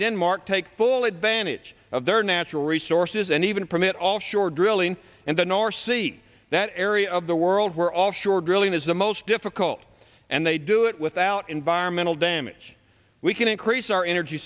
denmark take full advantage of their natural resources and even permit all shore drilling and the nor see that area of the world where offshore drilling is the most difficult and they do it without environmental damage we can increase our energy